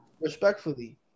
Respectfully